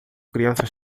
crianças